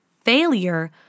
Failure